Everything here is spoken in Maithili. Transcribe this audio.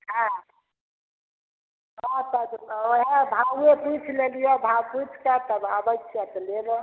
हँ ओएह पर ओएह भाउवे पुछि लेलियो भाव पुछिके तब आबै छियो तब लेबो